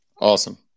Awesome